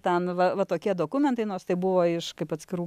ten va va tokie dokumentai nors tai buvo iš kaip atskirų